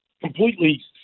completely